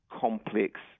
complex